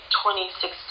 2016